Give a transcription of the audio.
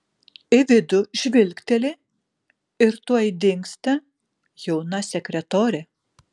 į vidų žvilgteli ir tuoj dingsta jauna sekretorė